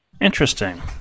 Interesting